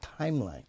timeline